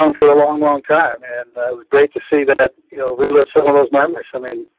um for a long, long time and it was great to see that, you know, relive some of those memories. i mean,